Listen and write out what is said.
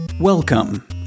Welcome